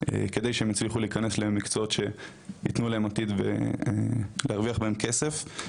כדי שהם יצליחו להיכנס למקצועות שיוכלו להרוויח בהם כסף.